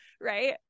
right